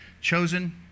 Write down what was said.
chosen